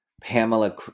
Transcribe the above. pamela